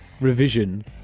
revision